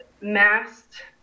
masked